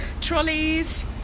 trolleys